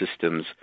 systems